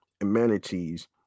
amenities